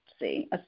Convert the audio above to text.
see